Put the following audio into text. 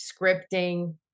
scripting